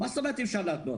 מה זאת אומרת אי אפשר להתנות?